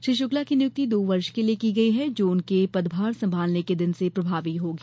श्री शुक्ला की नियुक्ति दो वर्ष के लिए की गयी है जो उनके पदभार संभालने के दिन से प्रभावी होगी